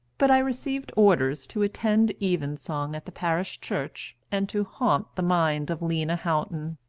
but i received orders to attend evensong at the parish church, and to haunt the mind of lena houghton.